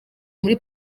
muri